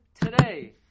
today